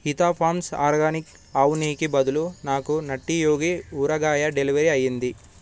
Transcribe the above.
హితా farms organic ఆవునెయ్యికి బదులు నాకు నట్టీ యోగి ఊరగాయ డెలివరి అయ్యింది